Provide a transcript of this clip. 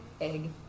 Egg